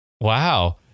Wow